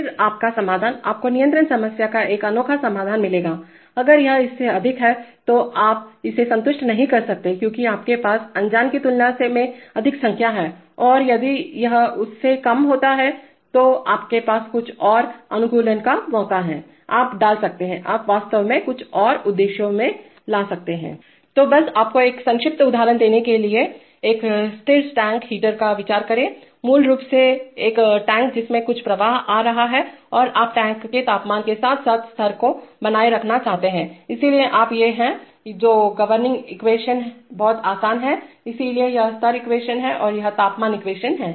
फिर आपका समाधान आपको नियंत्रण समस्या का एक अनोखा समाधान मिलेगाअगर यह इससे अधिक है तो आप इसे संतुष्ट नहीं कर सकते क्योंकि आपके पास अनजान की तुलना में अधिक संख्या है या यदि यह उससे कम है तो आपके पास कुछ और अनुकूलन का मौका हैआप डाल सकते हैंआप वास्तव में कुछ और उद्देश्यों में ला सकते हैं तो बस आपको एक संक्षिप्त उदाहरण देने के लिएएक स्टिर टैंक हीटर पर विचार करें मूल रूप से एक टैंक जिसमें कुछ प्रवाह आ रहा है और आप टैंक के तापमान के साथ साथ स्तर को बनाए रखना चाहते हैं इसलिए आप ये हैं दो गवर्निंग एक्वेशन बहुत आसान है इसलिए यह स्तर एक्वेशन है और यह तापमान एक्वेशन है